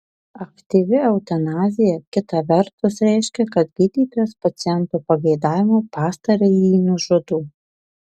aktyvi eutanazija kita vertus reiškia kad gydytojas paciento pageidavimu pastarąjį nužudo